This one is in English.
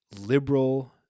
liberal